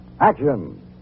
action